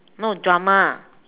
no drama